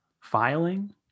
Filing